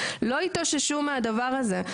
לא יתאוששו מהדבר הזה.